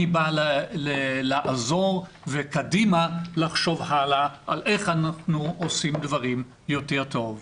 אני בא לעזור וקדימה לחשוב הלאה על איך אנחנו עושים דברים יותר טוב.